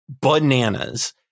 bananas